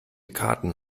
karten